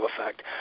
effect